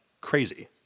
crazy